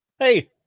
Hey